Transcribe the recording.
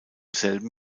selben